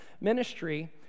ministry